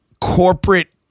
corporate